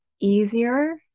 easier